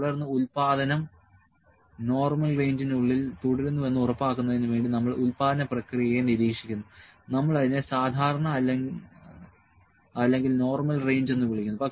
തുടർന്ന് ഉൽപാദനം നോർമൽ റേഞ്ചിനുള്ളിൽ തുടരുന്നുവെന്ന് ഉറപ്പാക്കുന്നതിന് വേണ്ടി നമ്മൾ ഉൽപാദന പ്രക്രിയയെ നിരീക്ഷിക്കുന്നു നമ്മൾ അതിനെ സാധാരണ അല്ലെങ്കിൽ നോർമൽ റേഞ്ച് എന്ന് വിളിക്കുന്നു